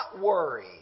worry